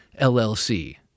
LLC